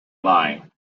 line